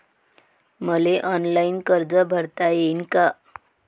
मले ऑनलाईन कर्ज भरता येईन का?